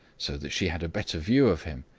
so that she had a better view of him.